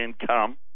income